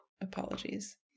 Apologies